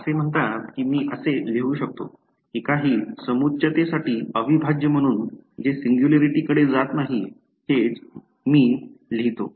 असे म्हणतात की मी असे लिहू शकतो की काही समोच्चतेसाठी अविभाज्य म्हणून जे सिंग्युलॅरिटी कडे जात नाही हेच मी हे लिहितो